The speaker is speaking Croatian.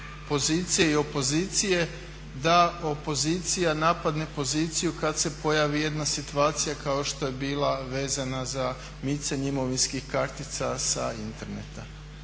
pozicije i opozicije da opozicija napadne poziciju kad se pojavi jedna situacija kao što je bila vezana za micanje imovinskih kartica sa interneta.